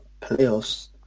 playoffs